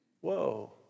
Whoa